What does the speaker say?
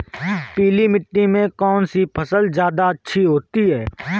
पीली मिट्टी में कौन सी फसल ज्यादा अच्छी होती है?